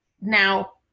Now